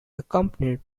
accompanied